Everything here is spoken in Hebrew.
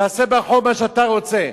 תעשה ברחוב מה שאתה רוצה.